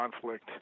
conflict